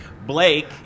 Blake